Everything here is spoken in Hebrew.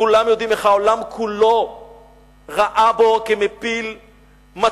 כולם יודעים איך העולם כולו ראה אותו כמפיל מטוס,